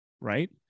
Right